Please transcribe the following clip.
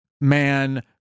man